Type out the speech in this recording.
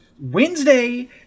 Wednesday